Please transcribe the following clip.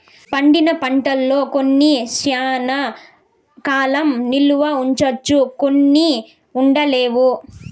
పండిన పంటల్లో కొన్ని శ్యానా కాలం నిల్వ ఉంచవచ్చు కొన్ని ఉండలేవు